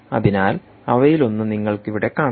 അതിനാൽ അവയിലൊന്ന് നിങ്ങൾക്ക് ഇവിടെ കാണാം